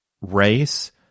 race